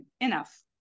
enough